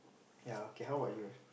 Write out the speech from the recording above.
ya okay how about you